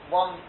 one